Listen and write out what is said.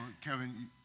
Kevin